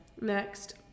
Next